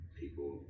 people